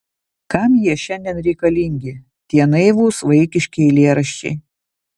kam jie šiandien reikalingi tie naivūs vaikiški eilėraščiai